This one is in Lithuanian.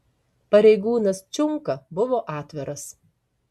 pareigūnas čiunka buvo atviras